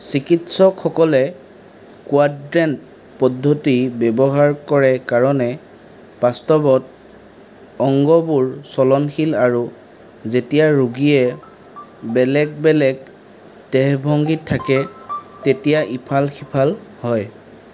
চিকিৎসকসকলে কোৱাড্ৰেণ্ট পদ্ধতি ব্যৱহাৰ কৰে কাৰণ বাস্তৱত অংগবোৰ চলনশীল আৰু যেতিয়া ৰোগীয়ে বেলেগ বেলেগ দেহভংগিত থাকে তেতিয়া ইফাল সিফাল হয়